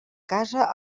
casa